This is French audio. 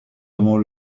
avons